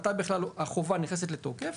מתי בכלל החובה נכנסת לתוקף,